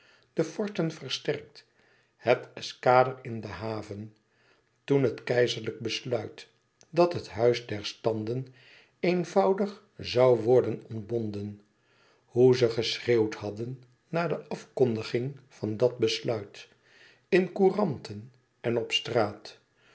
de forten versterkt het eskader in de haven toen het keizerlijk besluit dat het huis der standen eenvoudig zoû worden ontbonden hoe ze geschreeuwd hadden na de afkondiging van dat besluit in couranten en op straat